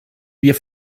wir